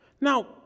Now